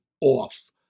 off